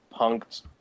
punked